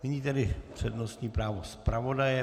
Nyní tedy přednostní právo zpravodaje.